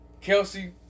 Kelsey